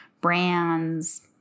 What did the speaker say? brands